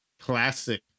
classic